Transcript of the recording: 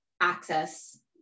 access